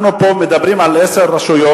אנחנו פה מדברים על עשר רשויות,